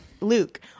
luke